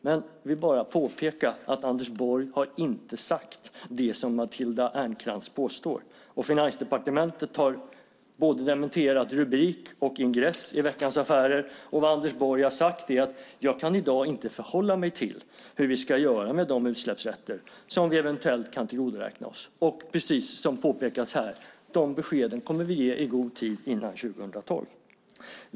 Jag vill bara påpeka att Anders Borg inte har sagt det som Matilda Ernkrans påstår. Finansdepartementet har dementerat både rubrik och ingress i Veckans Affärer. Vad Anders Borg har sagt är: Jag kan i dag inte förhålla mig till hur vi ska göra med de utsläppsrätter som vi eventuellt kan tillgodoräkna oss. Och - precis som har påpekats här - de beskeden kommer vi att ge i god tid innan 2012.